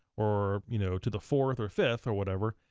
or you know to the fourth or fifth or whatever,